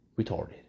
retarded